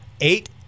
Eight